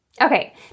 Okay